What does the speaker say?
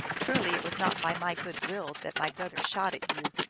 truly it was not by my good will that my brother shot at you.